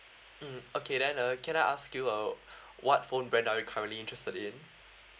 mm okay then uh can I ask you uh what phone brand are you currently interested in